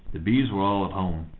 the bees were all at home,